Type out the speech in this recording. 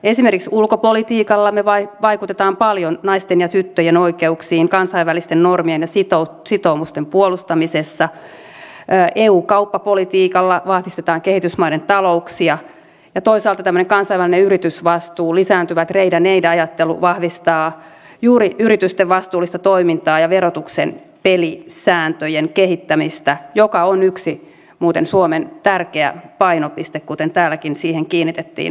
esimerkiksi ulkopolitiikalla me vaikutamme paljon naisten ja tyttöjen oikeuksiin kansainvälisten normien ja sitoumusten puolustamisessa eun kauppapolitiikalla vahvistetaan kehitysmaiden talouksia ja toisaalta tämmöinen kansainvälinen yritysvastuu lisääntyvä trade and aid ajattelu vahvistaa juuri yritysten vastuullista toimintaa ja verotuksen pelisääntöjen kehittämistä joka muuten on suomen yksi tärkeä painopiste mihin täälläkin kiinnitettiin huomiota